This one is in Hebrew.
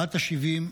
בת 70,